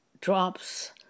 drops